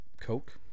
Coke